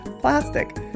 Plastic